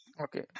Okay